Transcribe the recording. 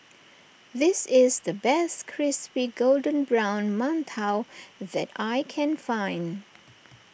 this is the best Crispy Golden Brown Mantou that I can find